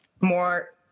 more